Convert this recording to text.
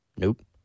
Nope